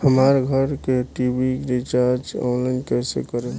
हमार घर के टी.वी रीचार्ज ऑनलाइन कैसे करेम?